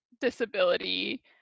disability